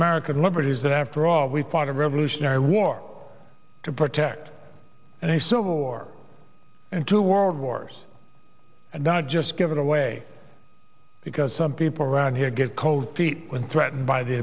american liberties that after all we fought a revolutionary war to protect and the civil war and two world wars and not just give it away because some people around here get cold feet when threatened by the